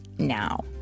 now